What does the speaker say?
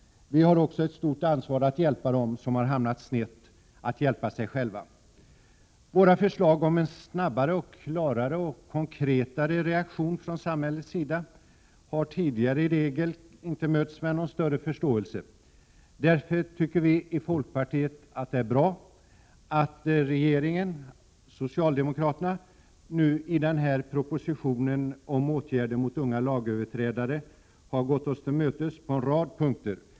Vi har också ett stort ansvar att hjälpa dem som hamnat snett att hjälpa sig själva. Våra förslag om en snabbare, klarare och konkretare reaktion från samhällets sida har tidigare i regel inte mötts med någon större förståelse. Därför tycker vi i folkpartiet att det är bra att regeringen och socialdemokraterna nu i den här propositionen ”om åtgärder mot unga lagöverträdare” har gått oss till mötes på en rad punkter.